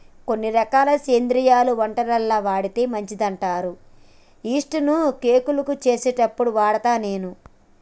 కొన్ని రకాల శిలింద్రాలు వంటలల్ల వాడితే మంచిదంటారు యిస్టు ను కేకులు చేసేప్పుడు వాడుత నేను